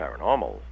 paranormal